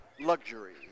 luxury